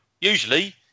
Usually